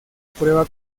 prueba